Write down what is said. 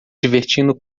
divertindo